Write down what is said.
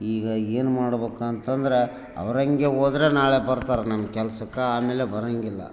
ಈಗ ಏನು ಮಾಡ್ಬೇಕು ಅಂತಂದ್ರೆ ಅವರಂಗೆ ಹೋದ್ರೆ ನಾಳೆ ಬರ್ತರೆ ನಮ್ಮ ಕೆಲ್ಸಕ್ಕೆ ಆಮೇಲೆ ಬರೋಂಗಿಲ್ಲ